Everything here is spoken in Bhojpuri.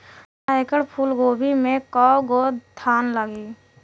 आधा एकड़ में फूलगोभी के कव गो थान लागी?